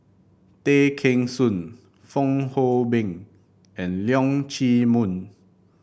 Tay Kheng Soon Fong Hoe Beng and Leong Chee Mun